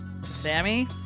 Sammy